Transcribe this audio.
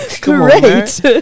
Great